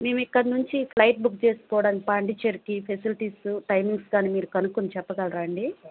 మేము ఇక్కడ నుంచి ఫ్లైట్ బుక్ చేసుకోవడానికి పాండిచ్చేరికి ఫేసీలిటీసు టైమింగ్స్ కానీ మీరు కనుక్కొని చెప్పగలరా అండి